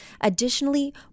Additionally